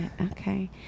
Okay